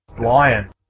lion